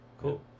cool